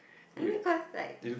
I mean cause like